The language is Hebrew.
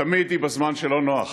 תמיד היא בזמן לא נוח.